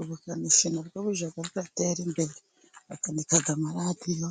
Ubukanishi na bwo bujya butera imbere, bakanika amaradiyo